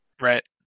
right